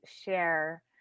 share